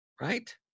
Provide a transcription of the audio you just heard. right